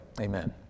Amen